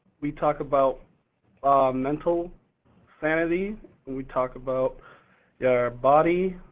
we talk about mental sanity and we talk about your body